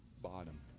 bottom